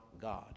God